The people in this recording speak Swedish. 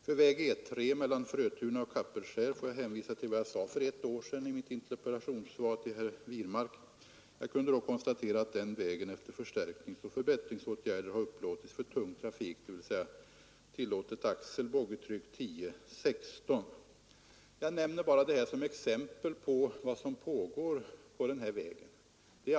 För väg E 3 mellan Frötuna och Kapellskär får jag hänvisa till vad jag sade för ett år sedan i mitt interpellationssvar till herr Wirmark. Jag kunde då konstatera att denna väg efter förstärkningsoch förbättringsåtgärder har upplåtits för tung trafik, dvs. tillåtet axel 16 ton. Jag nämner detta som exempel på vad som pågår på den här vägen.